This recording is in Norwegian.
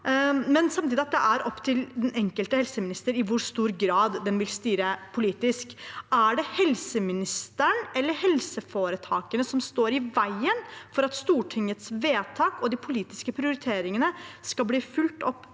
sa samtidig at det er opp til den enkelte helseminister i hvor stor grad de vil styre politisk. Er det helseministeren eller helseforetakene som står i veien for at Stortingets vedtak og de politiske prioriteringene skal bli fulgt opp